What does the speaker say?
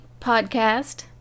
Podcast